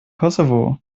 kosovo